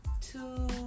two